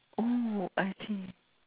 oh I see